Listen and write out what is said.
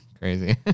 Crazy